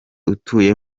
utuye